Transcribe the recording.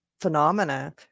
phenomena